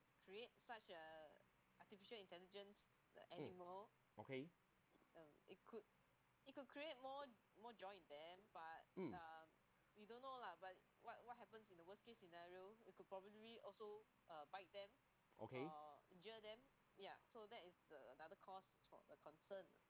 mm okay mm okay